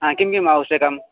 हा किं किम् आवश्यकं